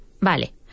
Vale